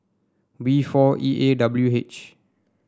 V four E A W H